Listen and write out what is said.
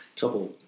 couple